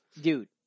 dude